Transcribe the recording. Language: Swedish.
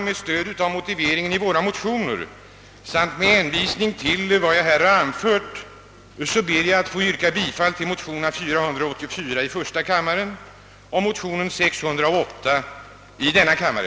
Med stöd av motiveringen i våra motioner samt med hänvisning till vad jag här anfört ber jag att få yrka bifall till motionerna 484 i första kammaren och 608 i denna kammare.